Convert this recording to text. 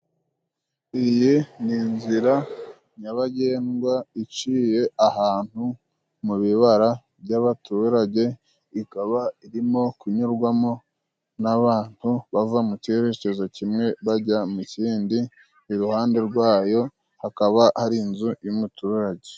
Iyi ni inzira nyabagendwa iciye ahantu mu bibara by'abaturage, ikaba irimo kunyurwamo n'abantu bava mu cyerererekezo kimwe bajya mu kindi, iruhande rwa yo hakaba hari inzu y'umuturage.